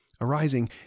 Arising